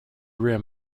rim